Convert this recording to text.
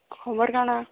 homework ଆଣ